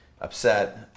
upset